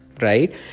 right